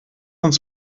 uns